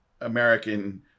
American